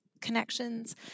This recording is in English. connections